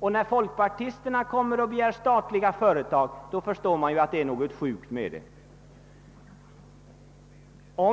Och när folkpartisterna kommer och begär statliga företag, så förstår man att det är något sjukt med det hela.